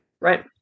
right